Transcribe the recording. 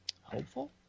hopeful